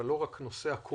אבל לא רק נושא הקורונה